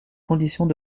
conditions